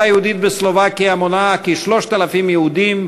היהודית בסלובקיה מונה כ-3,000 יהודים,